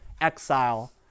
exile